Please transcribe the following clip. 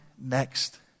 next